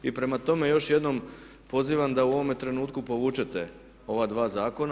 I prema tome, još jednom pozivam da u ovome trenutku povučete ova dva zakona.